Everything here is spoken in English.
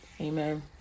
Amen